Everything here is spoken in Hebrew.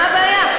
מה הבעיה?